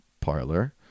parlor